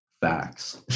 Facts